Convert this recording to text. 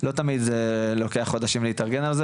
לא תמיד זה לוקח חודשים להתארגן על זה